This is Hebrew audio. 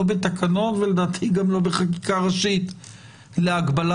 לא בתקנות ולדעתי גם לא בחקיקה ראשית להגבלת